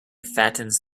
fattens